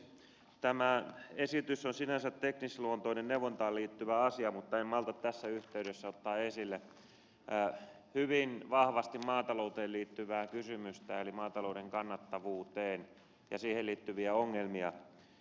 tämä esitys on sinänsä teknisluontoinen neuvontaan liittyvä asia mutta en malta olla tässä yhteydessä ottamatta esille hyvin vahvasti maatalouteen liittyvää kysymystä eli maatalouden kannattavuuteen liittyviä ongelmia